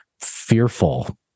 fearful